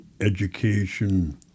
education